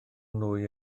nwy